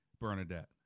Bernadette